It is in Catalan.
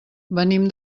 venim